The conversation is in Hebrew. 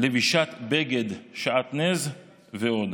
לבישת בגד שעטנז ועוד,